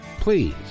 Please